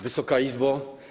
Wysoka Izbo!